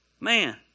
Man